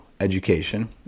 education